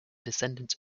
descendant